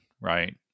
right